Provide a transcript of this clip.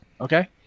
Okay